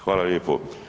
Hvala lijepo.